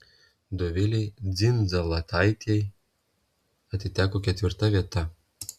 dovilei dzindzaletaitei atiteko ketvirta vieta